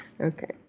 Okay